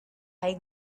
how